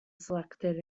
selected